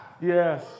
Yes